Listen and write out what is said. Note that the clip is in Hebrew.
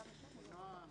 נועה.